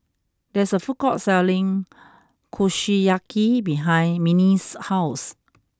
there is a food court selling Kushiyaki behind Minnie's house